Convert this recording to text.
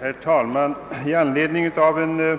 Herr talman! Jag ber att få säga någura ord vid denna punkt med anledning av